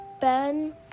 Ben